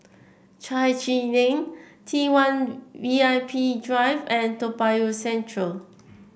Chai Chee Lane T one V I P Drive and Toa Payoh Central